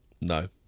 No